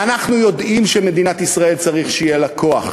ואנחנו יודעים שמדינת ישראל, צריך שיהיה לה כוח,